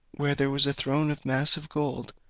where there was a throne of massive gold,